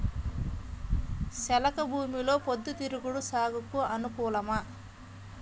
చెలక భూమిలో పొద్దు తిరుగుడు సాగుకు అనుకూలమా?